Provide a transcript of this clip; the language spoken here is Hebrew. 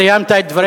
סיימת את דבריך?